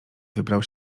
wybrał